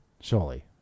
Surely